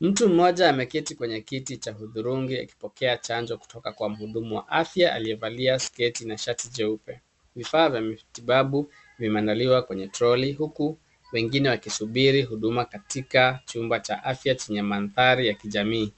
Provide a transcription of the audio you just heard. Mtu mmoja ameketi kwenye kiti cha kudhurungi akipokea chanjo kutoka kwa mhudumu wa afya aliyevalia sketi na shati jeupe. Vifaa vya matibabu vimeandaliwa kwenye troli, huku wengine wakisubiri huduma katika chumba cha afya chenye mandhari ya kijamii.